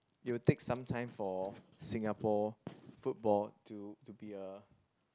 it will take sometime for Singapore football to to be a